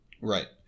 Right